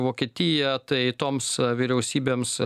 vokietiją tai toms vyriausybėms